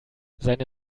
seine